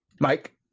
Mike